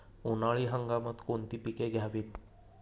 उन्हाळी हंगामात कोणती पिके घ्यावीत?